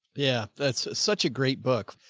yeah. that's such a great book.